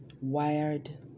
wired